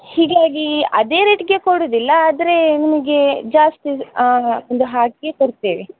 ಹೀಗಾಗಿ ಅದೇ ರೇಟಿಗೆ ಕೊಡೋದಿಲ್ಲ ಆದರೆ ನಿಮಗೆ ಜಾಸ್ತಿ ಒಂದು ಹಾಕಿಯೇ ಕೊಡ್ತೇವೆ